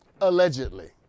allegedly